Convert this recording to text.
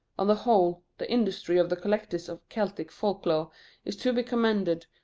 on the whole, the industry of the collectors of celtic folk-lore is to be commended,